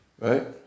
Right